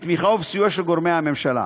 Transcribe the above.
בתמיכה ובסיוע של גורמי הממשלה.